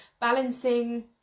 balancing